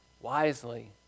wisely